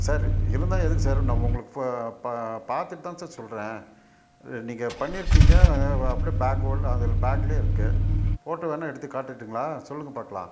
sir இருந்தால் எதுக்கு sir நான் உங்களுக்கு ஃப ப பார்த்துட்டுதான் சார் சொல்கிறேன் இல்லை நீங்கள் பண்ணியிருக்கீங்க அதனால் அப்டேயே பேக்கோடு பேக்கோடு இருக்குது ஃபோட்டோ வேணால் எடுத்து காட்டட்டுங்களா சொல்லுங்க பாக்கலாம்